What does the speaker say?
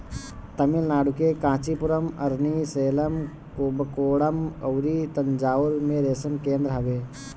तमिलनाडु के कांचीपुरम, अरनी, सेलम, कुबकोणम अउरी तंजाउर में रेशम केंद्र हवे